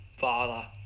father